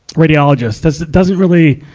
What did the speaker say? radiologist. doesn't doesn't really,